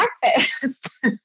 breakfast